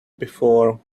before